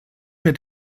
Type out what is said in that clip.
mir